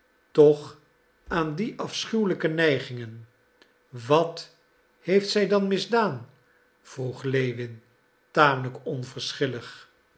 toch aan die afschuwelijke neigingen wat heeft zij dan misdaan vroeg lewin tamelijk